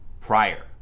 prior